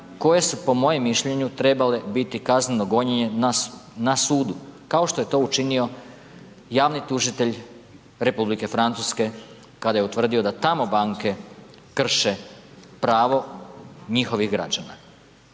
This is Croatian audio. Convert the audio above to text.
koje su po mojem mišljenju trebale biti kazneno gonjene na sudu, kao što je to učinio javni tužitelj Republike Francuske kada je utvrdio da tamo banke krše pravo njihovih građana.